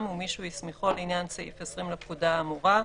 ומי שהוא הסמיכו לעניין סעיף 20(1) לפקודה האמורה,